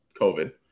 COVID